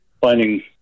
finding